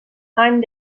any